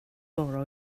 bara